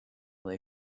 they